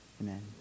amen